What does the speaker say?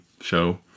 show